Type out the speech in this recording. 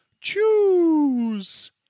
choose